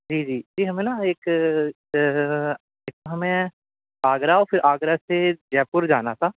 جی جی جی ہمیں نہ ایک ایک ہمیں آگرہ اور پھر آگرہ سے جے پور جانا تھا